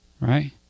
right